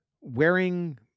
wearing